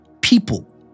people